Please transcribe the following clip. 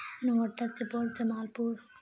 نوٹا سپول جمال پور